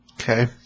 Okay